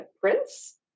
prince